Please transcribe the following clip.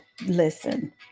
listen